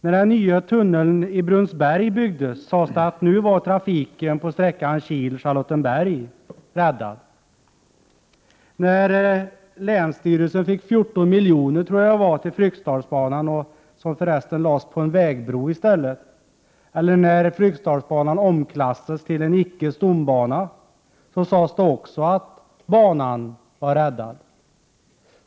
När den nya tunneln i Brunsberg byggdes, sades det att trafiken på sträckan Kil—Charlottenberg var räddad. När länsstyrelsen fick 14 miljoner till Fryksdalsbanan, som lades på en vägbro i stället, eller när Fryksdalsbanan omklassades till en icke-stombana, sades det också att banan var räddad.